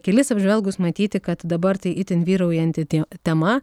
kelis apžvelgus matyti kad dabar tai itin vyraujanti te tema